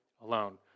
alone